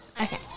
Okay